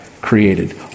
created